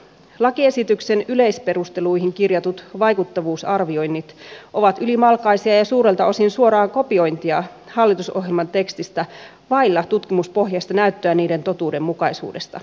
lakiesityksen yleisperusteluihin kirjatut vaikuttavuusarvioinnit ovat ylimalkaisia ja suurelta osin suoraa kopiointia hallitusohjelman tekstistä vailla tutkimuspohjaista näyttöä niiden totuudenmukaisuudesta